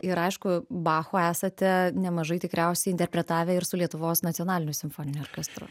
ir aišku bacho esate nemažai tikriausiai interpretavę ir su lietuvos nacionaliniu simfoniniu orkestru